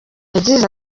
yagize